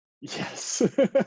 yes